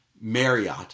Marriott